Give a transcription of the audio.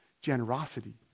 generosity